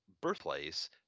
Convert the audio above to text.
birthplace